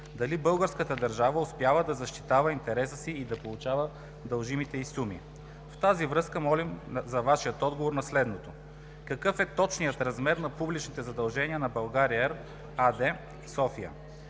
дали българската държава успява да защитава интереса си и да получава дължимите й суми. В тази връзка молим за Вашият отговор на следното: какъв е точният размер на публичните задължения на „България Ер“ АД – София?